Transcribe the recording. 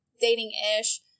dating-ish